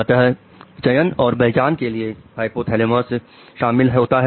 अंतः चयन और पहचान के लिए हाइपोथैलेमस शामिल होता है